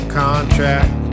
contract